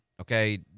Okay